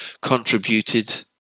contributed